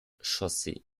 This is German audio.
chaussee